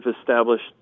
established